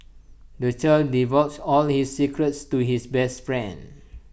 the child divulged all his secrets to his best friend